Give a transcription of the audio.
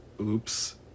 oops